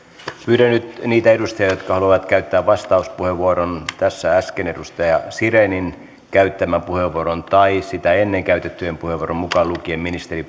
pyydän nyt niitä edustajia jotka haluavat käyttää vastauspuheenvuoron tässä äsken edustaja sirenin käyttämän puheenvuoron tai sitä ennen käytettyjen puheenvuorojen johdosta mukaan lukien ministerin